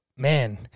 Man